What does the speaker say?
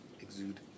exude